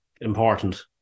important